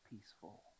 peaceful